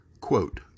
Quote